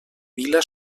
vila